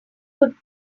could